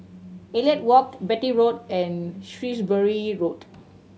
Elliot Walk Beatty Road and Shrewsbury Road